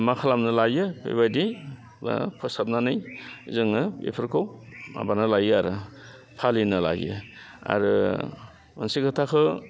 मा खालामनो लायो बेबायदि फोसाबनानै जोङो बेफोरखौ माबाना लायो आरो फालिनो लायो आरो मोनसे खोथाखौ